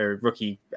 rookie